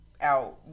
out